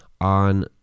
on